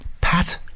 Pat